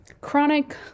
chronic